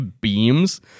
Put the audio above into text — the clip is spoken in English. beams